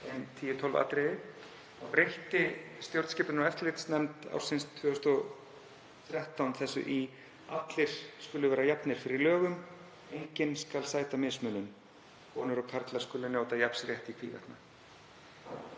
ein tíu, tólf atriði, þá breytti stjórnskipunar- og eftirlitsnefnd ársins 2013 þessu í: „Allir skulu vera jafnir fyrir lögum. Enginn skal sæta mismunun. Konur og karlar skulu njóta jafns réttar í hvívetna.“